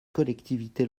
collectivités